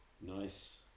nice